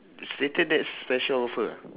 stated there special offer